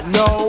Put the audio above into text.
no